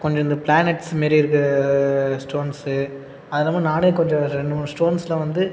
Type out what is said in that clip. கொஞ்சம் இந்த பிளானெட்ஸ் மாரி இருக்க ஸ்டோன்ஸு அது இல்லாமல் நானே கொஞ்சம் ரெண்டு மூணு ஸ்டோன்ஸ்லாம் வந்து